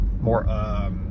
more